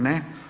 Ne.